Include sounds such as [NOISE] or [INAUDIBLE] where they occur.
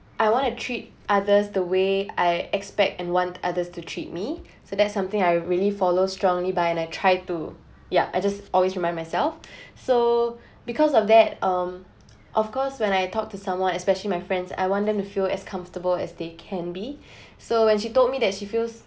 I want to treat others the way I expect and want others to treat me [BREATH] so that's something I really follow strongly by like try to yeah I just always remind myself [BREATH] so [BREATH] because of that um of course when I talked to someone especially my friends I want them to feel as comfortable as they can be [BREATH] so when she told me that she feels